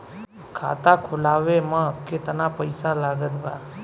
खाता खुलावे म केतना पईसा लागत बा?